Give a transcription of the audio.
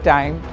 Time